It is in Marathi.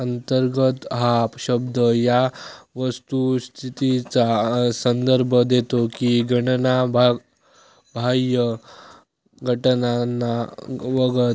अंतर्गत हा शब्द या वस्तुस्थितीचा संदर्भ देतो की गणना बाह्य घटकांना वगळते